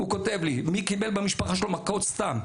הוא כותב לי מי קיבל במשפחה שלו מכות סתם.